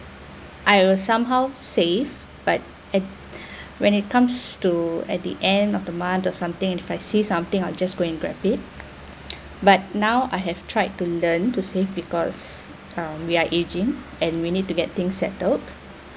I will somehow save but at when it comes to at the end of the month or something if I see something I'll just go and grab it but now I have tried to learn to save because um we are aging and we need to get thing settled